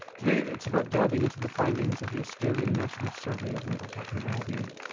today it's about delving into the findings of the australian national survey of mental health and wellbeing.